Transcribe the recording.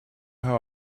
how